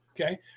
okay